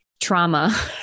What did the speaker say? Trauma